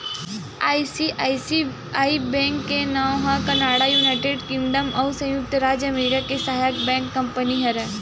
ICICI bank के नांव ह कनाड़ा, युनाइटेड किंगडम अउ संयुक्त राज अमरिका के सहायक कंपनी हरय